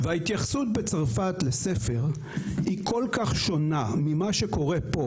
ההתייחסות בצרפת לספר היא כל כך שונה ממה שקורה פה